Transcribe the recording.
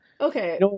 Okay